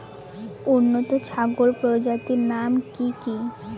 উন্নত ছাগল প্রজাতির নাম কি কি?